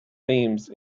themes